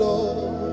Lord